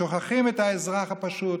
שוכחים את האזרח הפשוט,